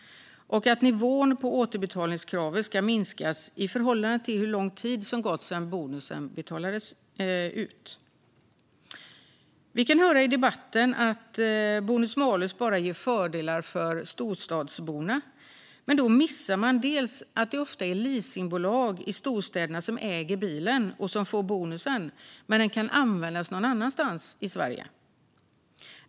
Nivån på återbetalningskravet ska minskas i förhållande till hur lång tid som gått sedan bonusen betalades ut. Vi kan höra i debatten att bonus-malus bara ger fördelar för storstadsborna. Men då missar man att det ofta är så att leasingbolag i storstäderna äger bilen och får bonusen, medan bilen kan användas någon annanstans i Sverige.